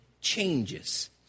changes